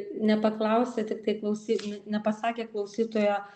nepaklausė tiktai klausy nepasakė klausytoja